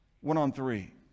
one-on-three